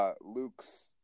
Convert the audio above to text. Luke's